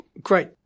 great